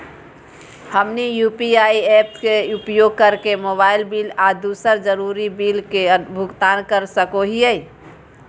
हमनी UPI apps के उपयोग करके मोबाइल बिल आ दूसर जरुरी बिल के भुगतान कर सको हीयई